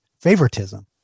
favoritism